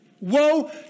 Woe